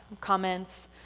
Comments